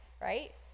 right